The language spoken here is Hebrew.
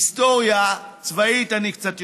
היסטוריה צבאית אני קצת יודע,